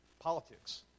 Politics